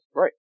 right